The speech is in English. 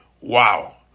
Wow